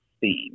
theme